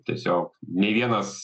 tiesiog nei vienas